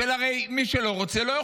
שהרי מי שלא רוצה, לא יאכל.